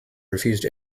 refused